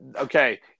okay